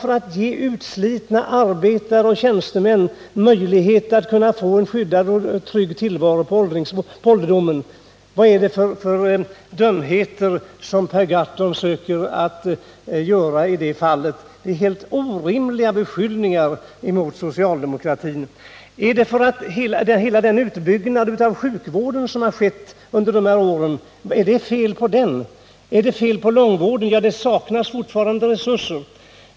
Jo, att ge utslitna arbetare och tjänstemän möjlighet till en skyddad och trygg tillvaro på ålderdomen. Vad är det för dumheter som Per Gahrton söker göra gällande? Det är helt orimliga beskyllningar mot socialdemokratin. Är det något fel på den utbyggnad av sjukvården som skett under de här åren? Är det fel när vi föreslår utbyggnad av långvården? Där saknas fortfarande resurser.